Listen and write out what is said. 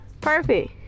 Perfect